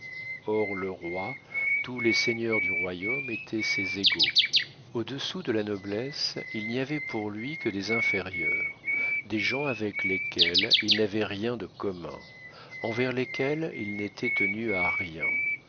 hors le roi tous les seigneurs du royaume étaient ses égaux au-dessous de la noblesse il n'y avait pour lui que des inférieurs des gens avec lesquels il n'avait rien de commun envers lesquels il n'était tenu à rien